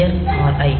clear Ri